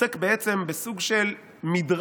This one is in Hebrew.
עוסק בעצם בסוג של מדרש